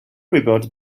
gwybod